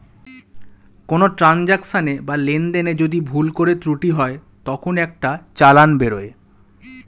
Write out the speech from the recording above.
কোনো ট্রান্সাকশনে বা লেনদেনে যদি ভুল করে ত্রুটি হয় তখন একটা চালান বেরোয়